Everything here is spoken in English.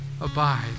abide